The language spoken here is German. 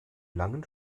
langen